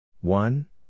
One